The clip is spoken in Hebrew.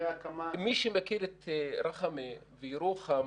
מי שמכיר את רח'מה ואת ירוחם,